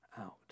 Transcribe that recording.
out